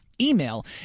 email